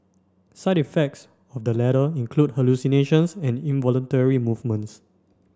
side effects of the latter include hallucinations and involuntary movements